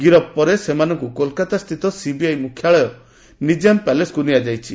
ଗିରଫ ପରେ ସେମାନଙ୍କୁ କୋଲକାତାସ୍ଥିତ ସିବିଆଇ ମୁଖ୍ୟାଳୟ ନିଜାମ ପ୍ୟାଲେସ୍କୁ ନିଆଯାଇଛି